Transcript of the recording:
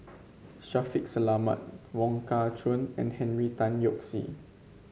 Shaffiq Selamat Wong Kah Chun and Henry Tan Yoke See